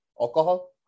Alcohol